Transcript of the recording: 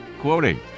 Quoting